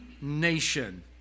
nation